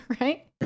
Right